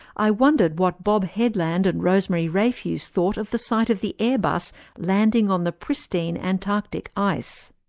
i wondered what bob headland and rosemary rayfuse thought of the sight of the airbus landing on the pristine antarctic ice.